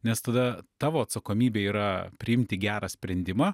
nes tada tavo atsakomybė yra priimti gerą sprendimą